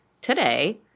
today